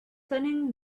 turning